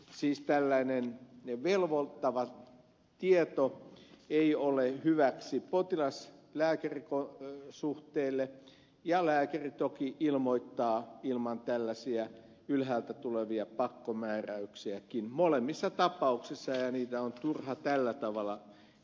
siis tällainen velvoittava tieto ei ole hyväksi potilaslääkäri suhteelle ja lääkäri toki ilmoittaa ilman tällaisia ylhäältä tulevia pakkomääräyksiäkin molemmissa tapauksissa ja niitä on turha tällä tavalla